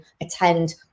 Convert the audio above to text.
attend